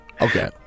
Okay